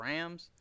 Rams